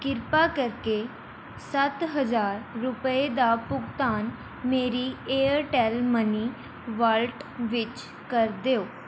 ਕ੍ਰਿਪਾ ਕਰਕੇ ਸੱਤ ਹਜ਼ਾਰ ਰੁਪਏ ਦਾ ਭੁਗਤਾਨ ਮੇਰੀ ਏਅਰਟੈੱਲ ਮਨੀ ਵਾਲੇਟ ਵਿੱਚ ਕਰ ਦਿਓ